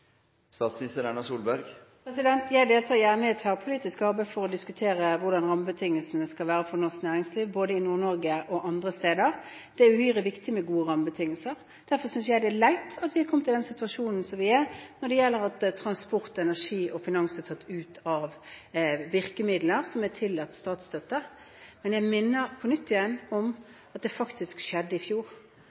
Jeg deltar gjerne i et tverrpolitisk arbeid for å diskutere hvordan rammebetingelsene skal være for norsk næringsliv, både i Nord-Norge og andre steder. Det er uhyre viktig med gode rammebetingelser. Derfor synes jeg det er leit at vi er kommet i den situasjonen vi er i, at transport, energi og finans er tatt ut av virkemidler som er tillatt statsstøtte. Men jeg minner på nytt om at det faktisk skjedde i fjor,